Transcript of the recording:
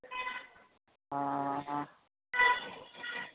অঁ